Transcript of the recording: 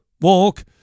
walk